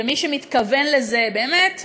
ומי שמתכוון לזה באמת,